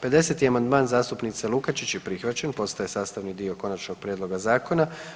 50. amandman zastupnice Lukačić je prihvaćen, postaje sastavni dio konačnog prijedloga zakona.